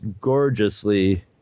gorgeously